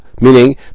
Meaning